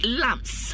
lamps